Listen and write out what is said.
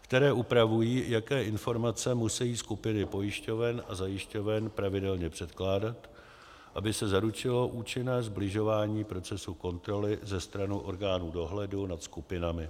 které upravují, jaké informace musejí skupiny pojišťoven a zajišťoven pravidelně předkládat, aby se zaručilo účinné sbližování procesu kontroly ze strany orgánů dohledu nad skupinami.